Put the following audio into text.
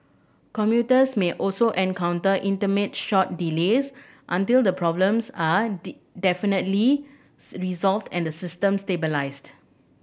commuters may also encounter intermittent short delays until the problems are definitively resolved and the system stabilised